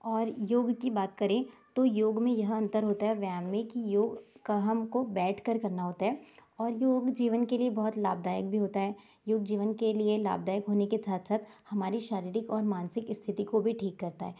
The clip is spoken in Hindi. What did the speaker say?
और योग की बात करें तो योग में यह अन्तर होता है व्यायाम में कि योग का हम को बैठ कर करना होता है और योग जीवन के लिए बहुत लाभदायक भी होता है योग जीवन के लिए लाभदायक होने के साथ साथ हमारी शारीरिक और मानसिक स्थिति को भी ठीक करता है